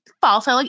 false